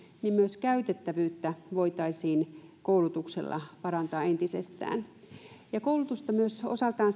niin myös käytettävyyttä voitaisiin koulutuksella parantaa entisestään koulutusta olisi osaltaan